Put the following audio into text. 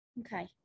Okay